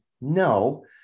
No